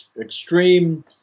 extreme